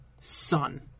son